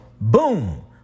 boom